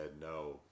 No